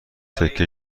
تکه